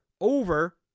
over